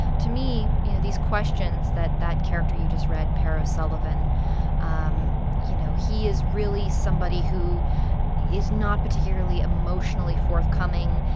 to me, you know, these questions that that character you just read, pear o'sullivan um you know, he is really somebody who is not particularly emotionally forthcoming,